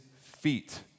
feet